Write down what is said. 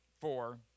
four